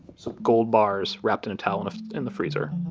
so gold bars, wrapped in a towel and in the freezer